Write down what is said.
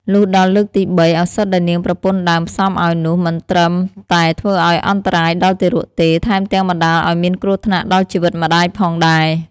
លុះដល់លើកទី ៣ ឱសថដែលនាងប្រពន្ធដើមផ្សំឲ្យនោះ មិនត្រឹមតែធ្វើឲ្យអន្តរាយដល់ទារកទេ ថែមទាំងបណ្តាលឲ្យមានគ្រោះថ្នាក់ដល់ជីវិតម្តាយផងដែរ។